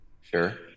Sure